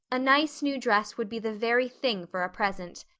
a nice new dress would be the very thing for a present.